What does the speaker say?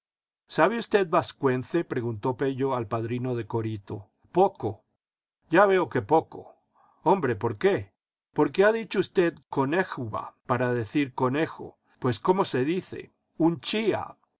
sabe usted vascuence preguntó pello al padrino de corito poco ya veo que poco hombre por qué porque ha dicho usted conéjaba para decir conejo pues xómo se dice un día